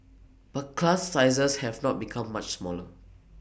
but class sizes have not become much smaller